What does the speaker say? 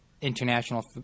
international